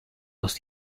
los